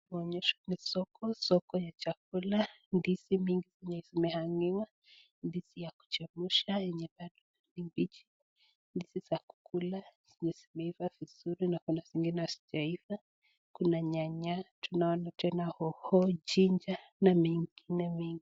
inatuonyesha ni soko, soko ya chakula. Ndizi nyingi zenye zimehang'iwa, ndizi ya kuchemsha yenye bado ni mbichi, ndizi za kukula zenye zimeiva vizuri na kuna zingine hazijaiva. Kuna nyanya, tunaona tena hoho, Ginger na zingine mingi.